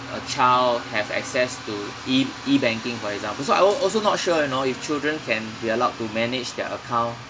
a child have access to E~ E banking for example so I also not sure you know if children can be allowed to manage their account